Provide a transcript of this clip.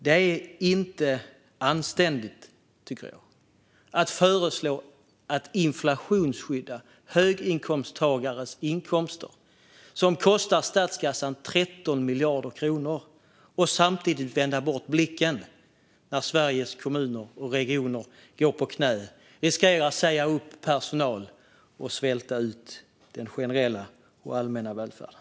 Det är inte anständigt, tycker jag, att föreslå att inflationsskydda höginkomsttagares inkomster, vilket kostar statskassan 13 miljarder kronor, och samtidigt vända bort blicken när Sveriges kommuner och regioner går på knäna, skapa risk för uppsägningar av personal och svälta ut den generella och allmänna välfärden.